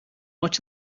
watch